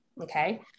Okay